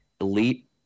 elite